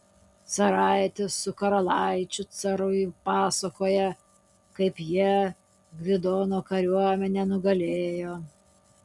caraitis su karalaičiu carui pasakoja kaip jie gvidono kariuomenę nugalėjo